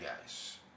guys